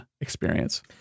experience